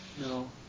No